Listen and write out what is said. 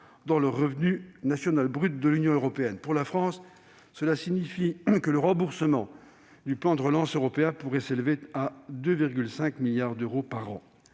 dans le revenu national brut de l'Union européenne. Pour la France, le remboursement du plan de relance européen pourrait s'élever à 2,5 milliards d'euros par an.